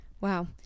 Wow